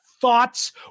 thoughts